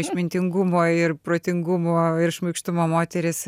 išmintingumo ir protingumo ir šmaikštumo moteris